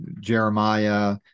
Jeremiah